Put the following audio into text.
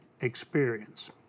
experience